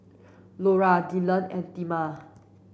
Lora Dylan and Thelma